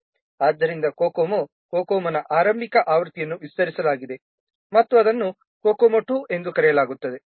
ಆದ್ದರಿಂದ COCOMO COCOMO ನ ಆರಂಭಿಕ ಆವೃತ್ತಿಯನ್ನು ವಿಸ್ತರಿಸಲಾಗಿದೆ ಮತ್ತು ಅದನ್ನು COCOMO II ಎಂದು ಕರೆಯಲಾಗುತ್ತದೆ